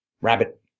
rabbit